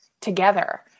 together